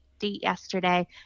yesterday